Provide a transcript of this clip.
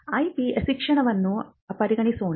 IP ಶಿಕ್ಷಣವನ್ನು ಪರಿಗಣಿಸೋಣ